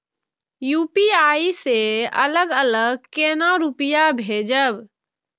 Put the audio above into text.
UPI से अलग अलग केना रुपया भेजब